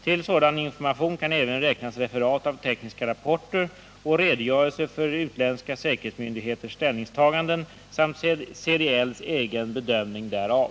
Till sådan information kan även räknas referat av tekniska rapporter och redogörelser för utländska säkerhetsmyndigheters ställningstaganden samt CDL:s egen bedömning därav.